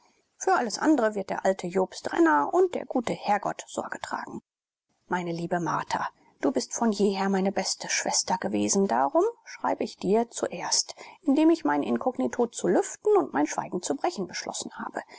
für alles andere wird der alte jobst renner und der gute herrgott sorge tragen meine liebe martha du bist von jeher meine beste schwester gewesen darum schreibe ich dir zuerst indem ich mein inkognito zu lüften und mein schweigen zu brechen beschlossen habe